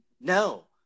No